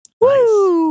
Woo